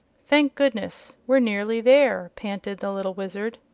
thank goodness we're nearly there! panted the little wizard.